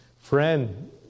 friend